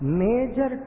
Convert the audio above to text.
major